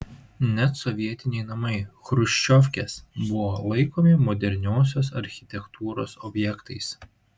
net sovietiniai namai chruščiovkės buvo laikomi moderniosios architektūros objektais